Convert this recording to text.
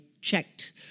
checked